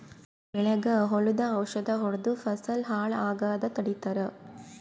ನಮ್ಮ್ ಬೆಳಿಗ್ ಹುಳುದ್ ಔಷಧ್ ಹೊಡ್ದು ಫಸಲ್ ಹಾಳ್ ಆಗಾದ್ ತಡಿತಾರ್